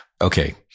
okay